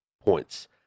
points